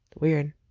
weird